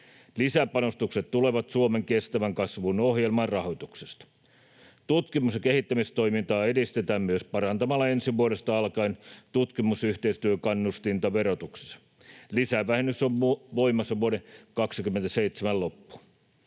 Lisäpanostukset tulevat Suomen kestävän kasvun ohjelman rahoituksesta. Tutkimus- ja kehittämistoimintaa edistetään myös parantamalla ensi vuodesta alkaen tutkimusyhteistyökannustinta verotuksessa. Lisävähennys on voimassa vuoden 2027 loppuun.